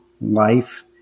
life